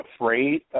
afraid